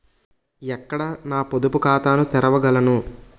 ఎక్కడ నా పొదుపు ఖాతాను తెరవగలను?